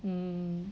mm